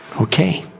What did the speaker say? Okay